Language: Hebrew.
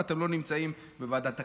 ואתם לא נמצאים בוועדת הכלכלה.